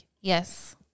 yes